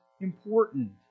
important